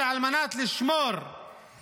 אבל על מנת לשמור על הכיסא